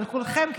אבל כולכם,